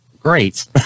great